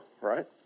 right